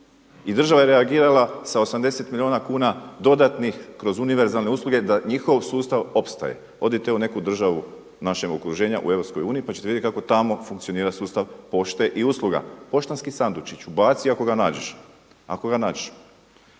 i država je reagirala sa 80 milijuna kuna dodatnih kroz univerzalne usluge da njihov sustav opstaje. Odite u neku državu u našem okruženju u EU pa ćete vidjeti kako tamo funkcionira sustav pošte i usluga. Poštanski sandučić, ubaci ako ga nađeš.